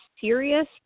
serious